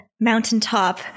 mountaintop